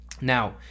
Now